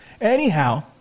Anyhow